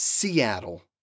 Seattle